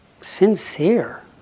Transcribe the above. sincere